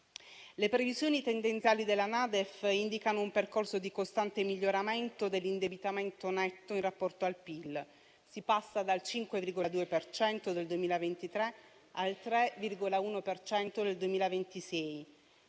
Le previsioni tendenziali della NADEF indicano un percorso di costante miglioramento dell'indebitamento netto in rapporto al PIL: si passa dal 5,2 per cento del 2023